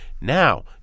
Now